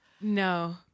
No